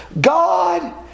God